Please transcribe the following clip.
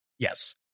Yes